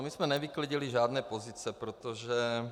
My jsme nevyklidili žádné pozice, protože...